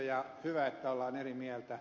ja hyvä että ollaan eri mieltä